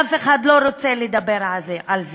ואף אחד לא רוצה לדבר על זה.